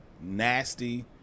nasty